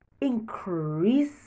increase